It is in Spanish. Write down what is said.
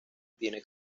tiene